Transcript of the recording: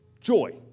joy